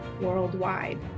worldwide